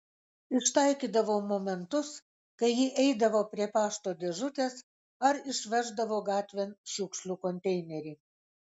ištaikydavau momentus kai ji eidavo prie pašto dėžutės ar išveždavo gatvėn šiukšlių konteinerį